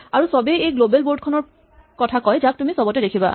আৰু চবেই এই গ্লৱেল বৰ্ড খনৰ কথা কয় যাক তুমি চবতে দেখিবা